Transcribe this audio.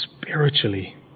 spiritually